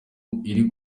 iri